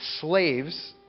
slaves